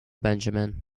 benjamin